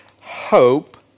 hope